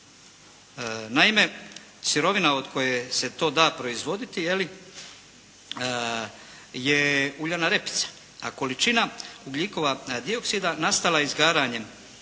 Naime, sirovina od koje se to da proizvoditi je li, je uljana repica, a količina ugljikova dioksida nastala izgaranjem